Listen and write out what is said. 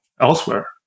elsewhere